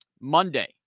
Monday